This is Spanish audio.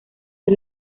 sus